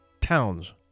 towns